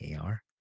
AR